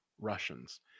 Russians